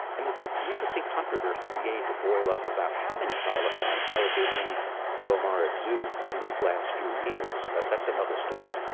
and there's ah an interesting controversy beginning to boil up about how many thylacines may have been in the beaumaris zoo in these last few years, but that's another story.